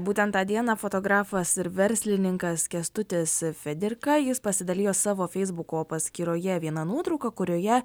būtent tą dieną fotografas ir verslininkas kęstutis fedirka jis pasidalijo savo feisbuko paskyroje viena nuotrauka kurioje